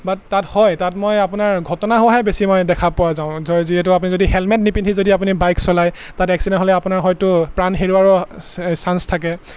বাট তাত হয় তাত মই আপোনাৰ ঘটনা হোৱাহে বেছি মই দেখা পোৱা যাওঁ যিহেতু আপুনি যদি হেলমেট নিপিন্ধি যদি আপুনি বাইক চলায় তাত এক্সিডেণ্ট হ'লে আপোনাৰ হয়তো প্ৰাণ হেৰুৱাৰো এই চাঞ্চ থাকে